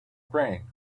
brain